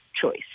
choice